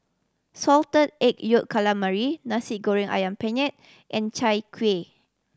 Salted Egg Yolk Calamari Nasi Goreng Ayam peanut and Chai Kuih